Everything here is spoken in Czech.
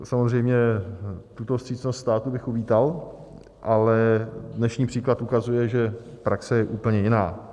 Samozřejmě tuto vstřícnost státu bych uvítal, ale dnešní příklad ukazuje, že praxe je úplně jiná.